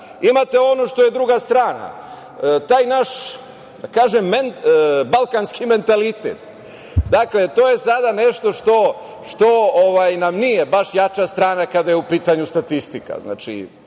imate ono što je druga strana. Taj naš, da kažem, balkanski mentalitet, to je sada nešto što nam nije baš jača strana kada je u pitanju statistika.